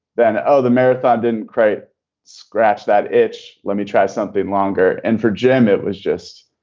then, oh, the marathon didn't create scratch that itch. let me try something longer. and for jim, it was just.